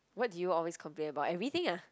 what do you always complain about everything ah